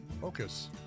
Focus